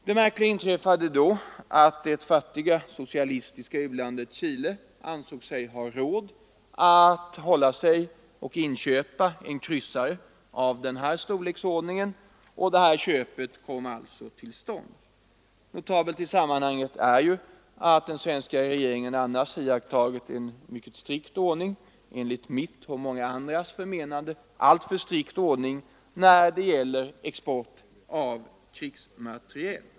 Det märkliga inträffade då att det fattiga, socialistiska u-landet Chile ansåg sig ha råd att inköpa och hålla sig med en kryssare av denna storleksordning, och köp kom till stånd. Notabelt i sammanhanget är att den svenska regeringen annars iakttagit en mycket strikt inställning — enligt mitt och många andras förmenande alltför strikt — när det gäller export av krigsmateriel.